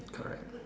correct